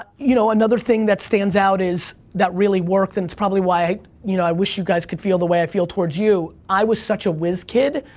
ah you know, another thing that stands out is, that really worked, and it's probably why you know i wish you guys could feel the way i feel towards you. i was such a wiz kid,